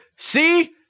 See